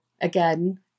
Again